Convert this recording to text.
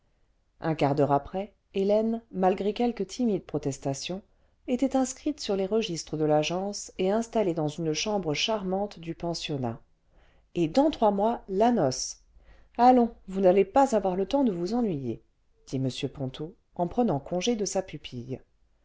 un quart d'heure après hélène malgré quelques timides protestations était inscrite sur les registres de l'agence et installée dans une chambre charmante du pensionnat ce et dans trois mois la noce allons vous n'allez pas avoir le temps de vous ennuyer dit m ponto en prenant congé de sa pupille